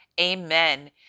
Amen